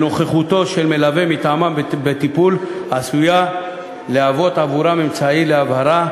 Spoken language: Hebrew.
שנוכחותו של מלווה מטעמם בטיפול עשויה להוות עבורם אמצעי להבהרה,